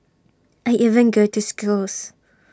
I even go to schools